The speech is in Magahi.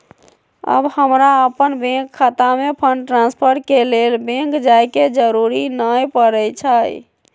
अब हमरा अप्पन बैंक खता में फंड ट्रांसफर के लेल बैंक जाय के जरूरी नऽ परै छइ